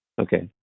Okay